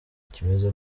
kimeze